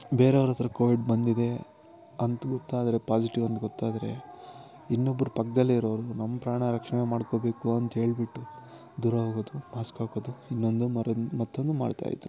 ಬೇರೆಯವ್ರ ಹತ್ರ ಕೋವಿಡ್ ಬಂದಿದೆ ಅಂತ ಗೊತ್ತಾದರೆ ಪಾಸಿಟಿವ್ ಅಂತ ಗೊತ್ತಾದರೆ ಇನ್ನೊಬ್ಬರು ಪಕ್ಕದಲ್ಲೆ ಇರೋರು ನಮ್ಮ ಪ್ರಾಣ ರಕ್ಷಣೆ ಮಾಡ್ಕೊಬೇಕು ಅಂತ ಹೇಳ್ಬಿಟ್ಟು ದೂರ ಹೋಗೋದು ಮಾಸ್ಕ್ ಹಾಕೋದು ಇನ್ನೊಂದು ಮರೊಂದು ಮತ್ತೊಂದು ಮಾಡ್ತಾಯಿದ್ದರು